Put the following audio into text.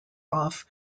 off